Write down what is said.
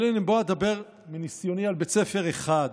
אבל פה אדבר מניסיוני על בית ספר אחד.